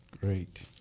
Great